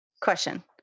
Question